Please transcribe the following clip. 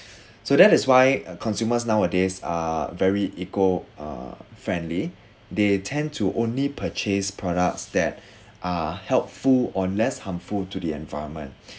so that is why uh consumers nowadays are very eco uh friendly they tend to only purchase products that are helpful or less harmful to the environment